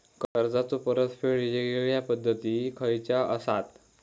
कर्जाचो परतफेड येगयेगल्या पद्धती खयच्या असात?